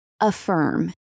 Affirm